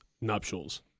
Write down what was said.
nuptials